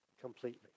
completely